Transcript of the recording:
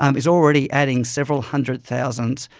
um is already adding several hundred thousands,